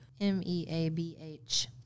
M-E-A-B-H